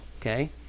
Okay